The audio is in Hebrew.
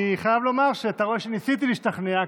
אני חייב לומר שאתה רואה שניסיתי להשתכנע.